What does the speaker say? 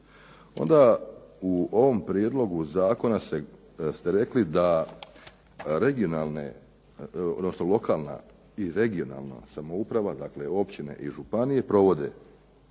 onda u ovom prijedlogu zakona ste rekli da regionalne, odnosno lokalna i regionalna samouprava dakle općine i županije provode